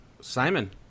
Simon